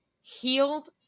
healed